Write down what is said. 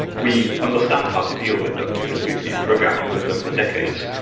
we understand how to deal with them, because we've been programming with them for decades.